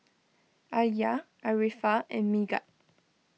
Alya Arifa and Megat